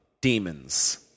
demons